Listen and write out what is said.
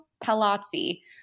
Palazzi